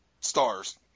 stars